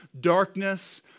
darkness